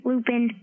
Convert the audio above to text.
Lupin